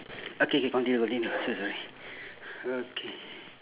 okay K continue continue sorry sorry okay